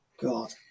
god